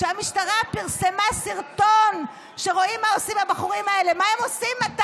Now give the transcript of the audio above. המשטרה פרסמה סרטון שרואים בו מה עושים הבחורים האלה.